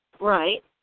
Right